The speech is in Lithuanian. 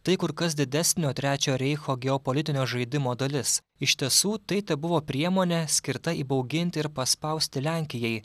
tai kur kas didesnio trečiojo reicho geopolitinio žaidimo dalis iš tiesų tai tebuvo priemonė skirta įbauginti ir paspausti lenkijai